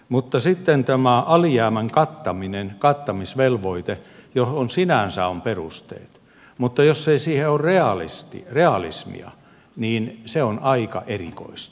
mutta sitten on tämä alijäämän kattamisvelvoite johon sinänsä on perusteet mutta jos ei siihen ole realismia niin se on aika erikoista